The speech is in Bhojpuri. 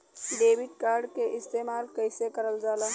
डेबिट कार्ड के इस्तेमाल कइसे करल जाला?